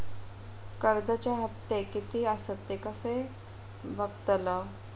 कर्जच्या हप्ते किती आसत ते कसे बगतलव?